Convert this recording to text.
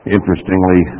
Interestingly